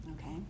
okay